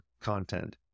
content